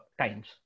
times